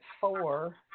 four